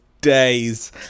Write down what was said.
days